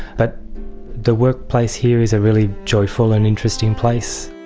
but the workplace here is a really joyful and interesting place.